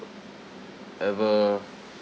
ever